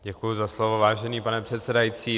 Děkuji za slovo, vážený pane předsedající.